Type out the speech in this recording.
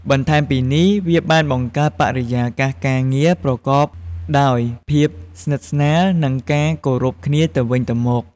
បន្ថែមពីនេះ វាបានបង្កើតបរិយាកាសការងារប្រកបដោយភាពស្និទ្ធស្នាល និងការគោរពគ្នាទៅវិញទៅមក។